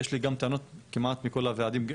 יש לי גם טענות כמעט מכל הוועדים,